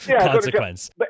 consequence